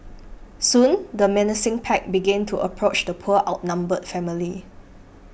soon the menacing pack began to approach the poor outnumbered family